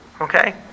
okay